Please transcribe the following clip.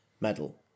medal